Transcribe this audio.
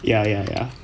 ya ya ya